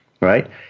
right